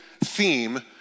theme